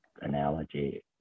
analogy